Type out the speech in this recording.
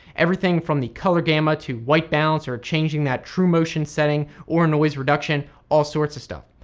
everything from the color gamma to white balance, or changing that trumotion setting or noise reduction, all sorts of stuff.